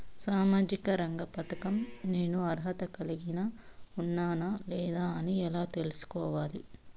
సామాజిక రంగ పథకం నేను అర్హత కలిగి ఉన్నానా లేదా అని ఎలా తెల్సుకోవాలి?